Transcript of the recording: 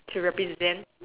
to represent